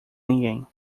ninguém